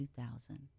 2000